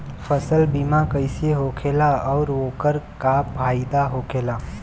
फसल बीमा कइसे होखेला आऊर ओकर का फाइदा होखेला?